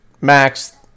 max